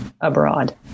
abroad